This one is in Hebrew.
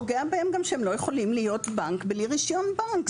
זה פוגע בהם גם שהם לא יכולים להיות בנק בלי רישיון בנק.